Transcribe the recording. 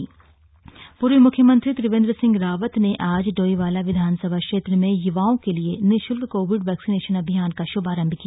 पूर्व सीएम पूर्व मुख्यमंत्री त्रिवेंद्र सिंह रावत ने आज डोईवाला विधानसभा क्षेत्र में युवाओं के लिए निशुल्क कोविड वैक्सीनेसन अभियान का शुभारंभ किया